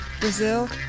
Brazil